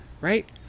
right